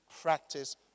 practice